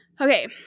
Okay